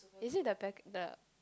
is it the pack the